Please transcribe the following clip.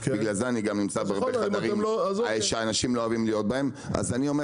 בגלל זה אני נמצא בהרבה חדרים שאנשים לא אוהבים להיות בהם ואני אומר